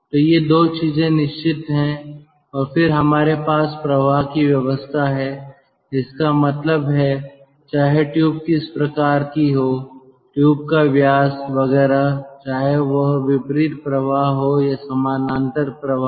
तो ये 2 चीजें निश्चित हैं और फिर हमारे पास प्रवाह की व्यवस्था है इसका मतलब है चाहे ट्यूब किस प्रकार की हो ट्यूब का व्यास वगैरह चाहे वह विपरीत प्रवाह हो या समानांतर प्रवाह